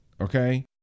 okay